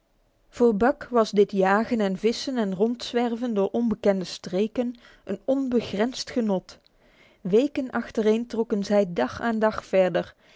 voor buck was dit jagen en vissen en rondzwerven door onbekende streken een onbegrensd genot weken achtereen trokken zij dag aan dag verder